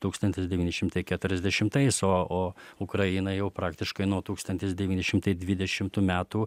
tūkstantis devyni šimtai keturiasdešimtais o o ukraina jau praktiškai nuo tūkstantis devyni šimtai dvidešimtų metų